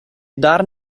dar